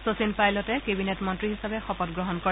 শচীন পাইলটে কেবিনেট মন্ত্ৰী হিচাপে শপত গ্ৰহণ কৰে